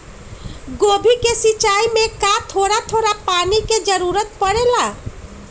गोभी के सिचाई में का थोड़ा थोड़ा पानी के जरूरत परे ला?